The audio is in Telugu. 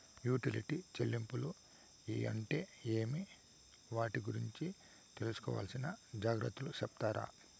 యుటిలిటీ చెల్లింపులు అంటే ఏమి? వాటి గురించి తీసుకోవాల్సిన జాగ్రత్తలు సెప్తారా?